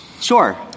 Sure